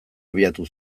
abiatu